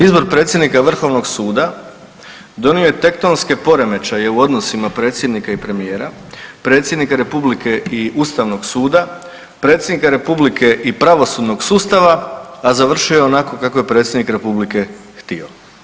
Izbor predsjednika Vrhovnog suda donio je tektonske poremećaje u odnosima predsjednika i premijera, predsjednika Republike i Ustavnog suda, predsjednika Republike i pravosudnog sustava, a završio je onako kako je predsjednik Republike htio.